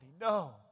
no